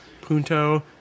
Punto